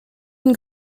une